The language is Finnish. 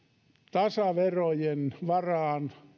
tasaverojen varaan